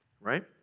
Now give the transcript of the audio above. right